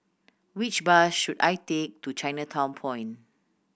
which bus should I take to Chinatown Point